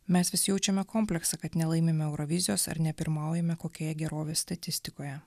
mes vis jaučiame kompleksą kad nelaimime eurovizijos ar nepirmaujame kokioje gerovės statistikoje